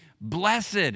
blessed